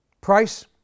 Price